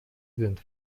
sind